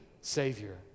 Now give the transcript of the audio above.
Savior